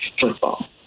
football